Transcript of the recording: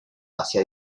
hacia